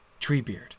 Treebeard